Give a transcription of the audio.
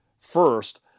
first